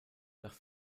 nach